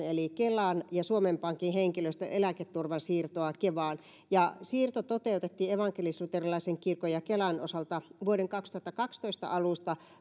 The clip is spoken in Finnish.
eli kelan ja suomen pankin henkilöstön eläketurvan siirtoa kevaan siirto toteutettiin evankelis luterilaisen kirkon ja kelan osalta vuoden kaksituhattakaksitoista alusta